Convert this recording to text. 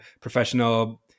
professional